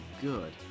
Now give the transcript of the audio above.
good